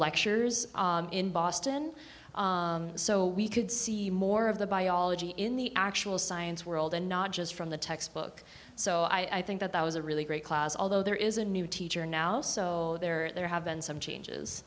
lectures in boston so we could see more of the biology in the actual science world and not just from the textbook so i think that that was a really great class although there is a new teacher now so there are there have been some changes